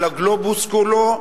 על הגלובוס כולו,